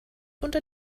unter